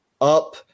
up